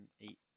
eight